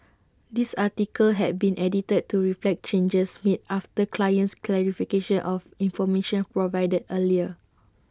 this article had been edited to reflect changes made after client's clarification of information provided earlier